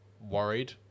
worried